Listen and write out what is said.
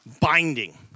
binding